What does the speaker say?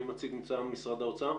מי מציג מטעם משרד האוצר?